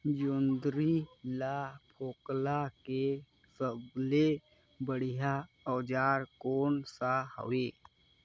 जोंदरी ला फोकला के सबले बढ़िया औजार कोन सा हवे?